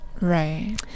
Right